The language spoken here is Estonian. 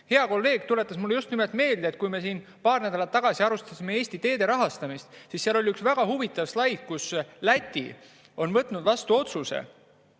Hea kolleeg tuletas mulle just meelde, et kui me siin paar nädalat tagasi arutasime Eesti teede rahastamist, siis seal oli üks väga huvitav slaid. Nimelt, Läti on vastu võtnud otsuse,